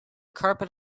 carpet